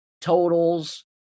totals